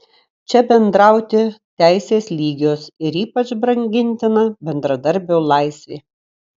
čia bendrauti teisės lygios ir ypač brangintina bendradarbio laisvė